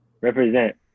Represent